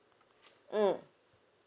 mm